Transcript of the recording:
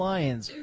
Lions